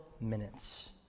minutes